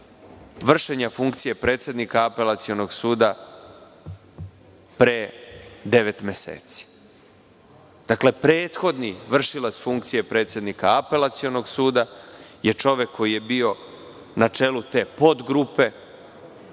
vršenja funkcije predsednike Apelacionog suda pre devet meseci. Prethodni vršilac funkcija Apelacionog suda je čovek koji je bio na čelu te podgrupe,